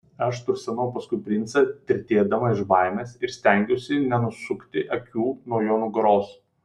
aš tursenau paskui princą tirtėdama iš baimės ir stengiausi nenusukti akių nuo jo nugaros